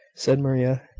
said maria.